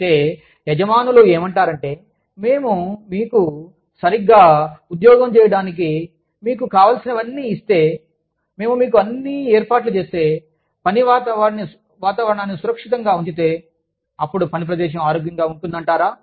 అయితే యజమానులు ఏమంటారంటే మేము మీకు సరిగ్గా ఉద్యోగం చేయడానికి మీకు కావలసినవన్నీ ఇస్తే మేము మీకు అన్ని ఏర్పాట్లు చేస్తే పని వాతావరణాన్ని సురక్షితంగా ఉంచితే అప్పుడు పని ప్రదేశం ఆరోగ్యంగా ఉంటుందంటారా